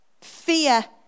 fear